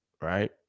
Right